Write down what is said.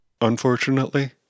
Unfortunately